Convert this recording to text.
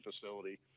facility